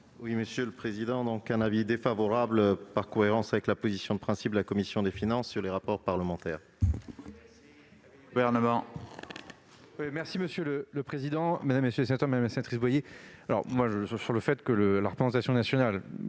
commission ? J'émets un avis défavorable, par cohérence avec la position de principe de la commission des finances sur les rapports parlementaires.